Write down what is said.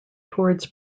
towards